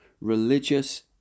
religious